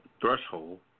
Threshold